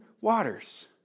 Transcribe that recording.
waters